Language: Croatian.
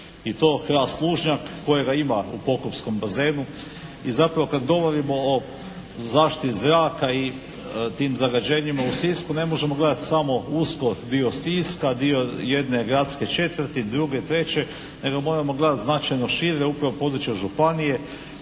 i to hrast lužnjak kojega ima u pokupskom bazenu i zapravo kada govorimo o zaštiti zraka i tim zagađenjima u Sisku ne možemo gledati samo usko dio Siska, dio jedne gradske četvrti, druge, treće nego moramo gledati značajno šire upravo područje županije,